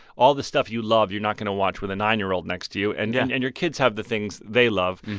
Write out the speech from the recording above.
all the stuff you love, you're not going to watch with a nine year old next to you. and yeah and and your kids have the things they love.